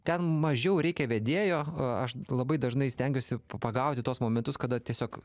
ten mažiau reikia vedėjo o aš labai dažnai stengiuosi pa pagauti tuos momentus kada tiesiog